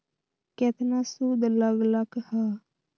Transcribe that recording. केतना सूद लग लक ह?